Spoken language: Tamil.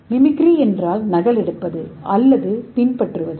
மிமிக்ரி என்றால் நகலெடுப்பது அல்லது பின்பற்றுவது